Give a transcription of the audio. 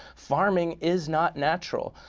farming is not natural.